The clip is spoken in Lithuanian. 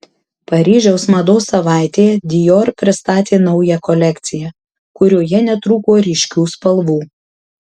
paryžiaus mados savaitėje dior pristatė naują kolekciją kurioje netrūko ryškių spalvų